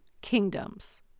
kingdoms